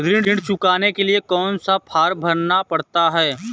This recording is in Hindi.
ऋण चुकाने के लिए कौन सा फॉर्म भरना पड़ता है?